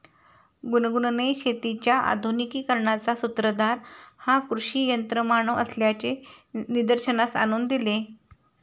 गुनगुनने शेतीच्या आधुनिकीकरणाचा सूत्रधार हा कृषी यंत्रमानव असल्याचे निदर्शनास आणून दिले